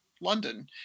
London